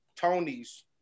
Tony's